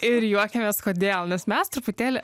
ir juokiamės kodėl nes mes truputėlį